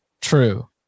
true